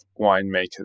winemakers